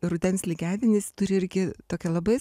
rudens lygiadienis turi irgi tokią labai